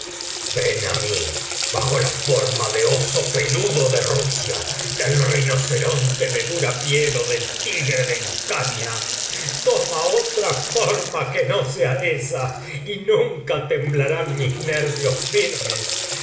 ven á mí bajo la forma del oso peludo de rusia del rinoceronte de dura piel ó del tigre de hircania toma otra forma que no sea esa y nunca temblarán mis nervios firmes